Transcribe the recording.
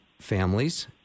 Families